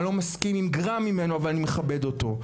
אני לא מסכים עם גרם ממנו ואני מכבד אותו,